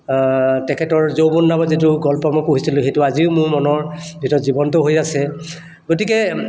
তেখেতৰ যৌৱন নামৰ যিটো গল্প মই পঢ়িছিলোঁ সেইটো আজিও মোৰ মনৰ ভিতৰত জীৱন্ত হৈ আছে গতিকে